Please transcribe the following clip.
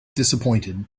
disappointed